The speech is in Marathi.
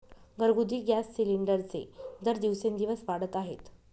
घरगुती गॅस सिलिंडरचे दर दिवसेंदिवस वाढत आहेत